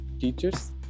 teachers